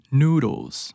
noodles